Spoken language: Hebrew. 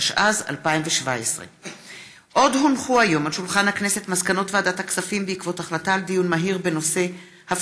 התשע"ז 2017. מסקנות ועדת הכספים בעקבות דיון מהיר בהצעתם